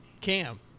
Cam